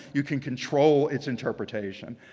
you can control its interpretation?